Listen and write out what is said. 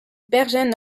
bergen